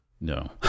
No